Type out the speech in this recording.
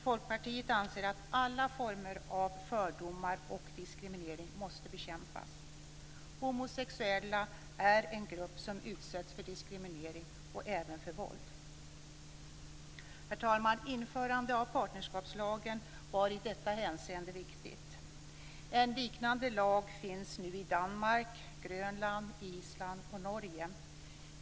Folkpartiet anser att alla former av fördomar och diskriminering måste bekämpas. Homosexuella är en grupp som utsätts för diskriminering och även för våld. Herr talman! Införandet av partnerskapslagen var i detta hänseende viktigt. En liknande lag finns nu i Danmark, Grönland, Island och Norge.